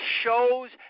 shows